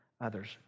others